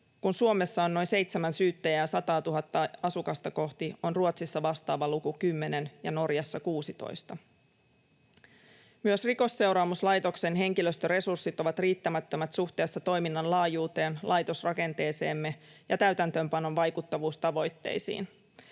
Kun Suomessa on noin 7 syyttäjää 100 000:ta asukasta kohti, on Ruotsissa vastaava luku 10 ja Norjassa 16. Myös Rikosseuraamuslaitoksen henkilöstöresurssit ovat riittämättömät suhteessa toiminnan laajuuteen, laitosrakenteeseemme ja täytäntöönpanon vaikuttavuustavoitteisiin.